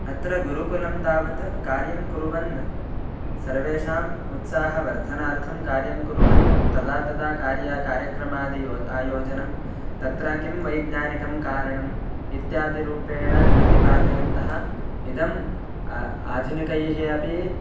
अत्र गुरुकुलं तावत् कार्यं कुर्वत् सर्वेषाम् उत्साहवर्धनार्थं कार्यं कुर्वत् तदा तदा कार्यं कार्यक्रमादिं यो आयोजनं तत्र किं वैज्ञानिकं कारणम् इत्यादिरूपेण प्रतिपादयन्तः इदम् आ आधुनिकैः अपि